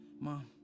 Mom